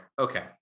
Okay